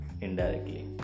indirectly